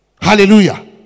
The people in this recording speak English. Hallelujah